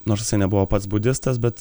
nors isai nebuvo pats budistas bet